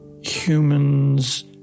humans